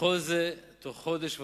וכל זה בתוך חודש וחצי.